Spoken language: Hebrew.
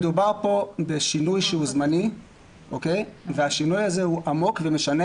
מדובר פה בשינוי זמני והשינוי הזה הוא עמוק ומשנה